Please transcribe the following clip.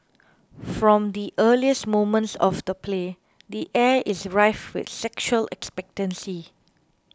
from the earliest moments of the play the air is rife with sexual expectancy